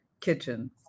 Kitchen